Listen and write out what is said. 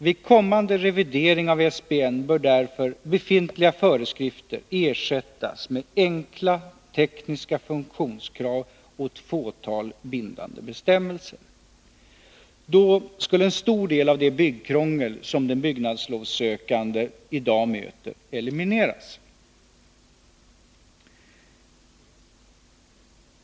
Vid kommande revidering av SBN bör därför befintliga föreskrifter ersättas med enkla tekniska funktionskrav och ett fåtal bindande bestämmelser. Då skulle en stor del av det byggkrångel som den byggnadslovssökande i dag möter elimineras.